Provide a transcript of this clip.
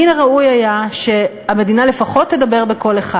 מן הראוי היה שהמדינה לפחות תדבר בקול אחד.